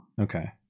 Okay